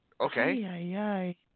Okay